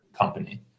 company